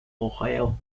ohio